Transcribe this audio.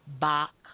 Bach